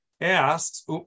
asks